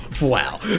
Wow